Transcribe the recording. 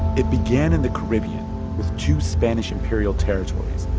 it began in the caribbean with two spanish imperial territories,